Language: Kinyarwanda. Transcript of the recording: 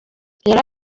yari